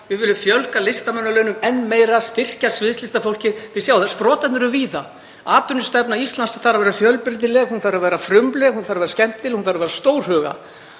Við viljum fjölga listamannalaunum enn meira og styrkja sviðslistafólkið. Þið sjáið að sprotarnir eru víða. Atvinnustefna Íslands þarf að vera fjölbreytileg, hún þarf að vera frumleg, hún þarf að vera skemmtileg og við þurfum að vera stórhuga.